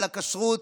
על הכשרות,